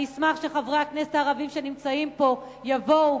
אני אשמח אם חברי הכנסת הערבים שנמצאים פה יבואו,